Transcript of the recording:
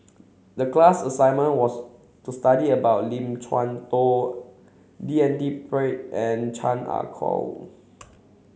the class assignment was to study about Lim Chuan Poh D N D Pritt and Chan Ah Kow